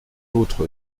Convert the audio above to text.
l’autre